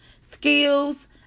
skills